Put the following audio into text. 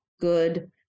good